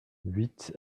huit